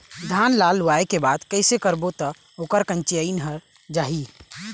धान ला लुए के बाद कइसे करबो त ओकर कंचीयायिन हर जाही?